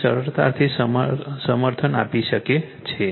આને સરળતાથી સમર્થન આપી શકે છે